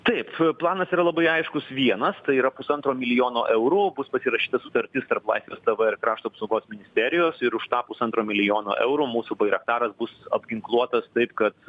taip planas yra labai aiškus vienas tai yra pusantro milijono eurų bus pasirašyta sutartis tarp laisvės teve ir krašto apsaugos ministerijos ir už tą pusantro milijono eurų mūsų bairaktaras bus apginkluotas taip kad